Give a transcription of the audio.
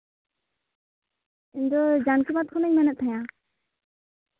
ᱤᱧ ᱫᱚ ᱡᱟᱱᱠᱤᱵᱟᱫ ᱠᱷᱚᱱᱤᱧ ᱢᱮᱱ ᱮᱫ ᱛᱟᱦᱮᱱᱟ